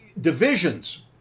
divisions